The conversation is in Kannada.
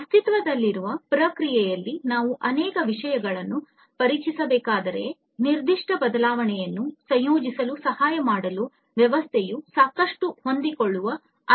ಅಸ್ತಿತ್ವದಲ್ಲಿರುವ ಪ್ರಕ್ರಿಯೆಯಲ್ಲಿ ನೀವು ಕೆಲವು ವಿಷಯಗಳನ್ನು ಪರಿಚಯಿಸಬೇಕಾದರೆ ನಿರ್ದಿಷ್ಟ ಬದಲಾವಣೆಯನ್ನು ಸಂಯೋಜಿಸಲು ಸಹಾಯ ಮಾಡಲು ವ್ಯವಸ್ಥೆಯು ಸಾಕಷ್ಟು ಹೊಂದಿಕೊಳ್ಳಬೇಕು